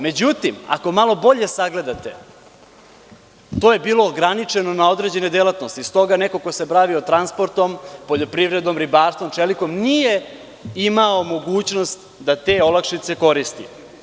Međutim, ako malo bolje sagledate, to je bilo ograničeno na određene delatnosti, stoga neko ko se bavio transportom, poljoprivredom, ribarstvom, čelikom nije imao mogućnost da te olakšice koristi.